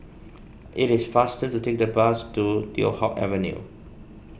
it is faster to take the bus to Teow Hock Avenue